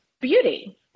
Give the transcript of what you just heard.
beauty